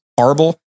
horrible